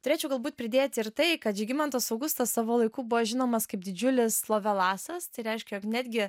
turėčiau galbūt pridėti ir tai kad žygimantas augustas savo laiku buvo žinomas kaip didžiulis lovelasas tai reiškia jog netgi